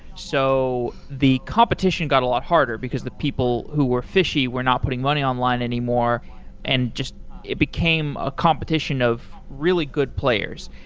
so the competition got a lot harder, because the people who were fishy were not putting money online anymore and it became a competition of really good players.